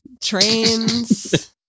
Trains